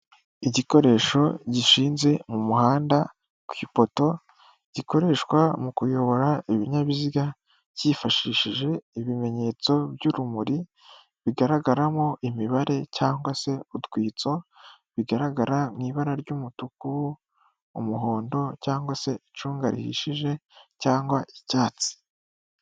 Igikoresho gishinze mu muhanda ku ipoto gikoreshwa mu kuyobora ibinyabiziga kifashishije ibimenyetso by'urumuri bigaragaramo imibare cyangwa se utwitso bigaragara mu ibara ry'umutuku, umuhondo cyangwa se icunga rihishije cyangwa icyatsi.